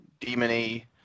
demony